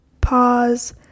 pause